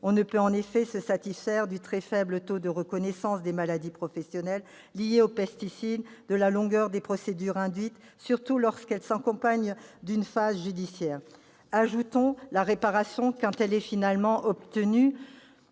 On ne peut en effet se satisfaire du très faible taux de reconnaissance des maladies professionnelles liées aux pesticides, de la longueur des procédures induites, surtout lorsqu'elles s'accompagnent d'une phase judiciaire. Ajoutons que la réparation, quand elle est finalement obtenue,